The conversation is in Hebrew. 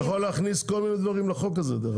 אני יכול להכניס לכם כל מיני דברים לחוק הזה.